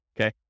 okay